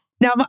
Now